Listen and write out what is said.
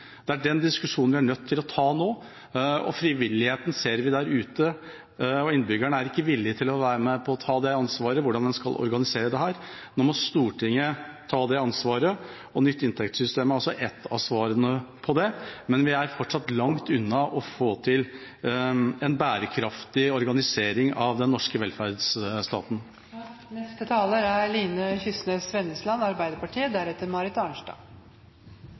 Det er den diskusjonen vi er nødt til å ta nå, og frivilligheten ser vi der ute. Innbyggerne er ikke villig til å være med på å ta det ansvaret, hvordan en skal organisere dette. Nå må Stortinget ta det ansvaret. Nytt inntektssystem er et av svarene på det, men vi er fortsatt langt unna å få til en bærekraftig organisering av den norske velferdsstaten. Jeg tror alle i denne salen er